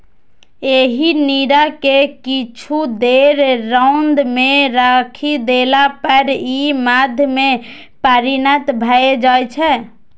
एहि नीरा कें किछु देर रौद मे राखि देला पर ई मद्य मे परिणत भए जाइ छै